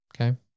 Okay